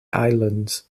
island